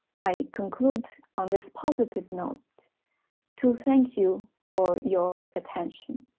i conclude on this positive note to thank you for your attention